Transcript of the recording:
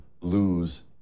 lose